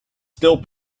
still